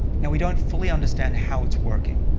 now we don't fully understand how it's working.